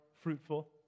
fruitful